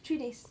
three days